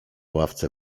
ławce